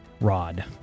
rod